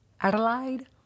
Adelaide